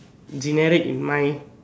generic in mind